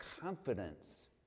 confidence